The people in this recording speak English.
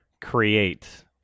create